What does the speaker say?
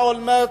אולמרט,